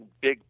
big